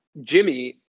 Jimmy